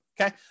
okay